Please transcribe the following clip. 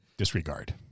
Disregard